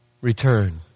Return